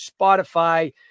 Spotify